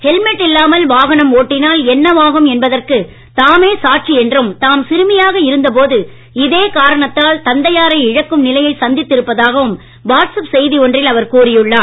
helmet இல்லாமல் வாகனம் ஓட்டினால் என்னவாகும் என்பதற்கு தாமே சாட்சி என்றும் தாம் சிறுமியாக இருந்த போது இதே காரணத்தால் தந்தையாரை இழக்கும் நிலையை சந்தித்து இருப்பதாகவும் வாட்ஸ் அப் செய்தி ஒன்றில் அவர் கூறியுள்ளார்